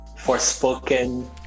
Forspoken